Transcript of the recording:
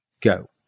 go